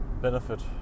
benefit